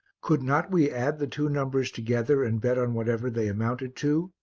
could not we add the two numbers together and bet on whatever they amounted to,